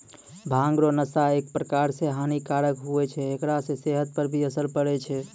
भांग रो नशा एक प्रकार से हानी कारक हुवै छै हेकरा से सेहत पर भी असर पड़ै छै